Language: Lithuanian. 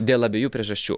dėl abiejų priežasčių